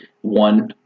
one